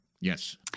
yes